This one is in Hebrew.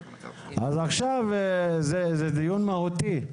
זה דיון מהותי.